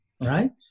right